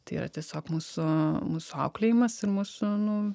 tai yra tiesiog mūsų mūsų auklėjimas ir mūsų nu